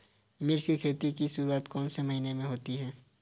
मिर्च की खेती की शुरूआत कौन से महीने में होती है?